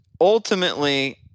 ultimately